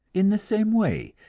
in the same way,